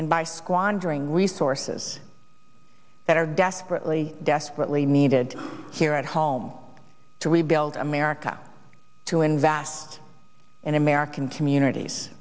and by squandering resources that are desperately desperately needed here at home to rebuild america to invest in american communities